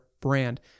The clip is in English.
brand